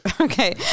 okay